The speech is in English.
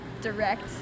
direct